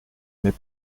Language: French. n’est